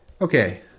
Okay